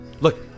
Look